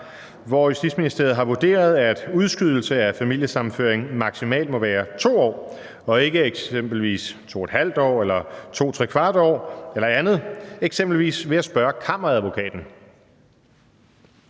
hvor Justitsministeriet har vurderet, at udskydelse af familiesammenføring maksimalt må være 2 år og ikke eksempelvis 2½ år, 2¾ år eller andet, eksempelvis ved at spørge Kammeradvokaten?